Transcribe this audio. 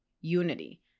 unity